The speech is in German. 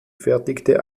fertigte